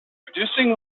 reducing